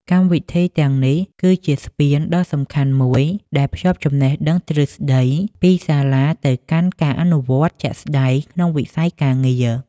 កម្មវិធីទាំងនេះគឺជាស្ពានដ៏សំខាន់មួយដែលភ្ជាប់ចំណេះដឹងទ្រឹស្តីពីសាលាទៅកាន់ការអនុវត្តជាក់ស្តែងក្នុងវិស័យការងារ។